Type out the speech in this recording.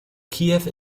kiew